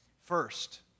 first